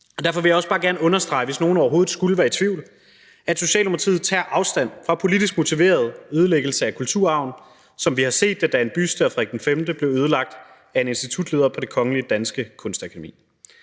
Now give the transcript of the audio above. derfor vil jeg også bare gerne understrege, hvis nogen overhovedet skulle være i tvivl, at Socialdemokratiet tager afstand fra politisk motiveret ødelæggelse af kulturarv, som vi har set det, da en buste af Frederik V blev ødelagt af en institutleder på Det Kongelige Danske Kunstakademi.